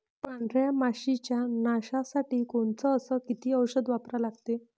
पांढऱ्या माशी च्या नाशा साठी कोनचं अस किती औषध वापरा लागते?